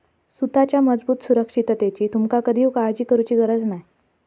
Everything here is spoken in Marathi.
सुताच्या मजबूत सुरक्षिततेची तुमका कधीव काळजी करुची गरज नाय हा